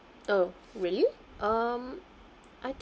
oh really um I think